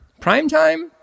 Primetime